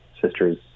sisters